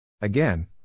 Again